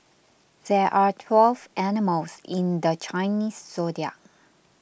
there are twelve animals in the Chinese zodiac